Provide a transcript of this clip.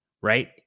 right